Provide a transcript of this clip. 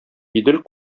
идел